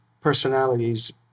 personalities